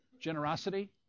Generosity